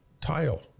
Tile